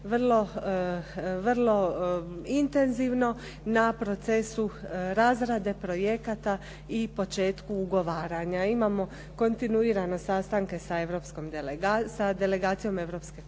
vrlo intenzivno na procesu razrade projekata i početku ugovaranja. Imamo kontinuirano sastanke sa delegacijom Europske komisije